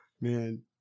Man